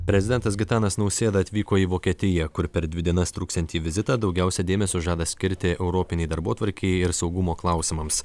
prezidentas gitanas nausėda atvyko į vokietiją kur per dvi dienas truksiantį vizitą daugiausia dėmesio žada skirti europinei darbotvarkei ir saugumo klausimams